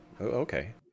okay